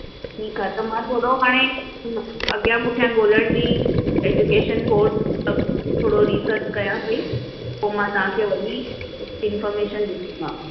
ठीकु आहे त मां थोरो हाणे अॻियां पुठियां ॻोल्हण जी एज्युकेशन कोर्स थोरो रिसर्च कयां पई पोइ मां तव्हांखे वरी इंफोर्मेशन ॾींदीमांव